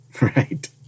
Right